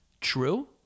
true